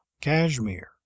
Kashmir